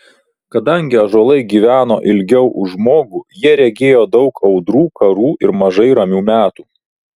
kadangi ąžuolai gyveno ilgiau už žmogų jie regėjo daug audrų karų ir mažai ramių metų